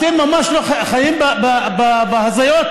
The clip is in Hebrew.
אתם ממש חיים בהזיות.